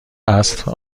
عصر